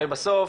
הרי בסוף,